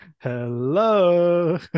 hello